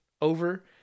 over